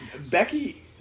Becky